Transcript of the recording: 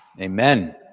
Amen